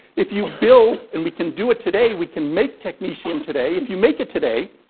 if you build, and we can do it today. we can make technetium today. if you make it today.